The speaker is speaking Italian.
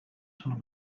sono